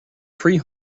three